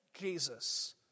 Jesus